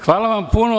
Hvala vam puno.